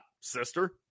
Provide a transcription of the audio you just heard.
sister